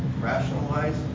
Rationalize